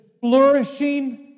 flourishing